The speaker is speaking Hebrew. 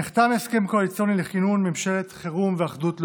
נחתם הסכם קואליציוני לכינון ממשלת חירום ואחדות לאומית.